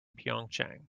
pyeongchang